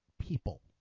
people